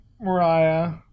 Mariah